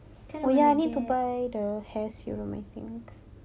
then I want to get